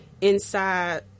inside